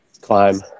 Climb